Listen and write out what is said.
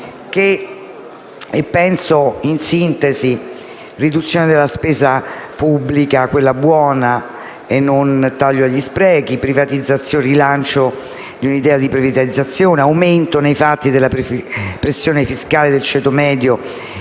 Penso, in sintesi, alla riduzione della spesa pubblica (quella buona e non i tagli agli sprechi), al rilancio di un'idea di privatizzazioni, all'aumento nei fatti della pressione fiscale sul ceto medio